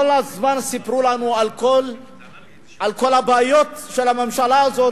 כל הזמן סיפרו לנו על כל הבעיות של הממשלה הזאת,